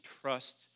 trust